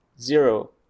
zero